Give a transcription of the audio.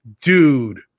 Dude